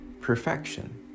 perfection